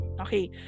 Okay